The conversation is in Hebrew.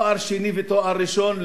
תואר שני ותואר ראשון,